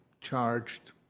charged